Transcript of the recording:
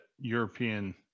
European